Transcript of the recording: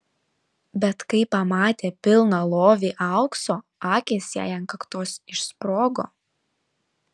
bet kai pamatė pilną lovį aukso akys jai ant kaktos išsprogo